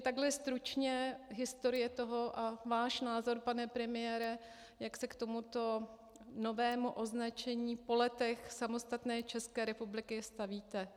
Takhle stručně historie toho a váš názor, pane premiére, jak se k tomuto novému označení po letech samostatné České republiky stavíte.